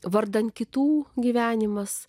vardan kitų gyvenimas